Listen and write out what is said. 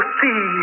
see